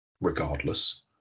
regardless